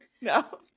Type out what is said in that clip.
No